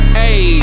hey